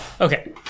Okay